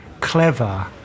clever